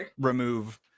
remove